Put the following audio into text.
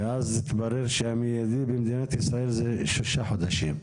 ואז התברר שהמיידי במדינת ישראל הוא שישה חודשים,